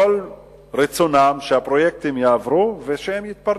כל רצונם הוא שהפרויקטים יעברו ושהם יתפרנסו.